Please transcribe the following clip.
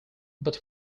but